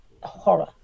horror